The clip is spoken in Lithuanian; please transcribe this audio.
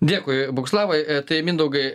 dėkui boguslavai tai mindaugai